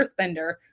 earthbender